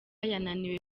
yananiwe